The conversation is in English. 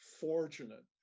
fortunate